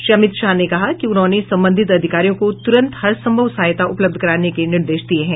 श्री अमित शाह ने कहा कि उन्होंने संबंधित अधिकारियों को तुरंत हरसंभव सहायता उपलब्ध कराने के निर्देश दिये हैं